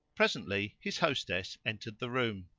presently his hostess entered the room.